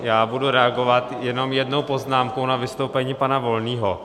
Já budu reagovat jenom jednou poznámkou na vystoupení pana Volného.